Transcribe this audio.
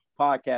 podcast